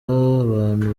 abantu